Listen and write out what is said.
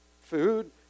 food